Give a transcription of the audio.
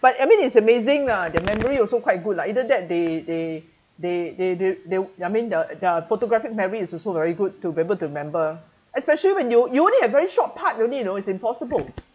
but I mean it's amazing lah their memory also quite good lah either that they they they they they they I mean the the photographic memory is also very good to be able to remember especially when you you only have very short part only you know it's impossible